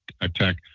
attack